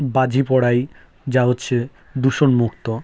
বাজি পোড়াই যা হচ্ছে দূষণমুক্ত